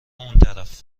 اونطرف